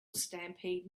stampede